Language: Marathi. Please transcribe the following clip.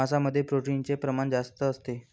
मांसामध्ये प्रोटीनचे प्रमाण जास्त असते